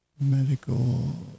medical